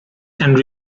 and